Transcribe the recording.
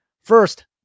First